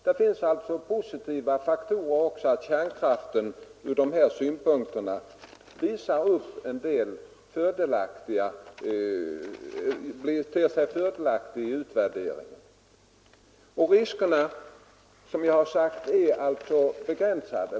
Vi har alltså den positiva faktorn att kärnkraften ur dessa synpunkter ter sig fördelaktig vid utvärderingen. Riskerna är, som jag sagt, begränsade.